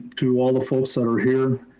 to all the folks that are here,